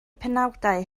penawdau